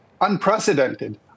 unprecedented